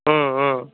ம் ம்